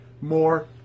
more